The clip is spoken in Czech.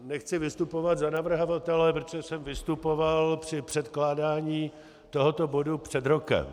Nechci vystupovat za navrhovatele, protože jsem vystupoval při předkládání tohoto bodu před rokem.